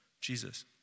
Jesus